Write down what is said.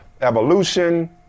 evolution